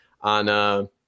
on